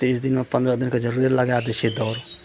तीस दिनमे पंद्रह दिन तऽ जरुरे लगा दै छियै दौड़